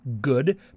good